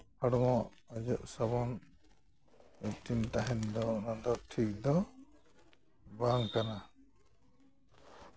ᱦᱚᱲᱢᱚ ᱚᱡᱚᱜ ᱥᱟᱵᱚᱱ ᱢᱤᱫᱴᱤᱱ ᱛᱟᱦᱮᱱ ᱫᱚ ᱚᱱᱟᱫᱚ ᱴᱷᱤᱠᱫᱚ ᱵᱟᱝ ᱠᱟᱱᱟ